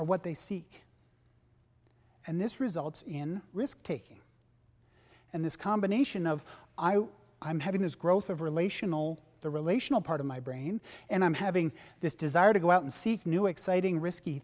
are what they seek and this results in risk taking and this combination of i'm having this growth of relational the relational part of my brain and i'm having this desire to go out and seek new exciting risky